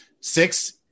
Six